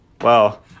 Wow